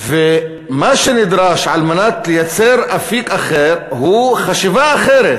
ומה שנדרש על מנת לייצר אפיק אחר הוא חשיבה אחרת.